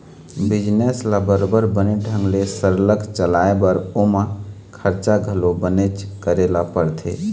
business ल बरोबर बने ढंग ले सरलग चलाय बर ओमा खरचा घलो बनेच करे ल परथे